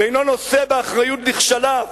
ואינו נושא באחריות לכשליו,